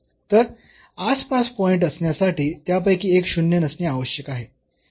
तर आसपास पॉईंट असण्यासाठी त्यापैकी एक शून्य नसणे आवश्यक आहे दोन्ही शून्य नसणे आवश्यक आहे